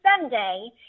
Sunday